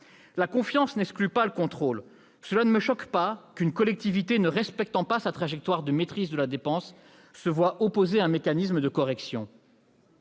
La confiance n'exclut pas le contrôle : cela ne me choque pas qu'une collectivité ne respectant pas sa trajectoire de maîtrise de dépenses se voie opposer un mécanisme de correction.